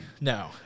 No